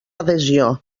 adhesió